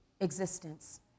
existence